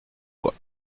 bois